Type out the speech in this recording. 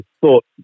thought